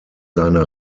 seine